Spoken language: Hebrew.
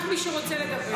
רק מי שרוצה לדבר.